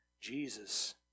Jesus